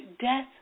death